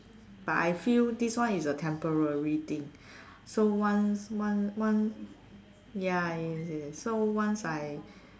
but I feel this one is a temporary thing so once once once ya yes yes so once I